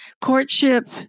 courtship